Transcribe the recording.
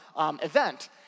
event